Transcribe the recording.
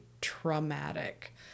traumatic